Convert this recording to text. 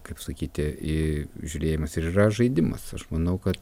kaip sakyti į žiūrėjimas ir yra žaidimas aš manau kad